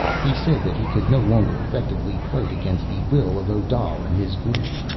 he said that he could no longer effectively fight against the will of odal and his group.